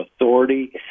authority